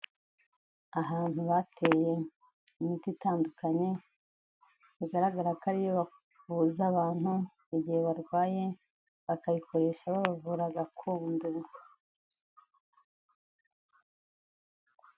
Ahantu bateye imiti itandukanye bigaragara ko ariyo bavuza abantu igihe barwaye bakayikoresha babavura gakondo.